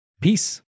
Peace